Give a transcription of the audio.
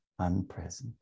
unpresent